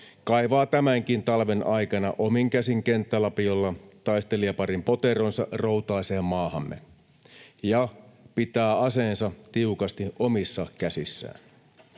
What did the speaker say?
kaivavat tämänkin talven aikana omin käsin kenttälapiolla taistelijaparin poteronsa routaiseen maahamme ja pitävät aseensa tiukasti omissa käsissään.